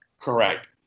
Correct